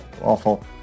awful